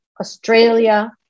Australia